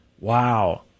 Wow